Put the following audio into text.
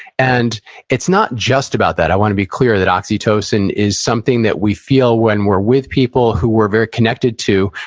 and it's not just about that, i want to be clear that oxytocin is something that we feel when we're with people who we're very connected to.